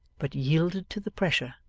but yielded to the pressure,